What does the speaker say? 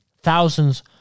thousands